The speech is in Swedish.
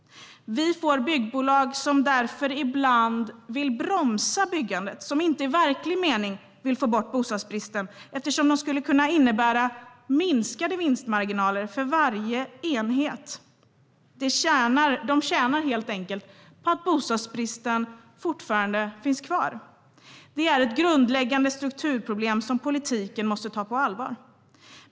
Vi får byggbolag som därför ibland vill bromsa byggandet, som inte i verklig mening vill bygga bort bostadsbristen, eftersom det skulle kunna innebära minskade vinstmarginaler för varje enhet. De tjänar helt enkelt på att bostadsbristen fortfarande finns kvar. Det är ett grundläggande strukturproblem som politiken måste ta på allvar.